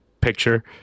picture